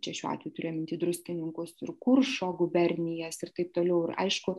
čia šiuo atveju turėjo minty druskininkus ir kuršo gubernijas ir taip toliau ir aišku